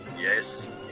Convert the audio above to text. Yes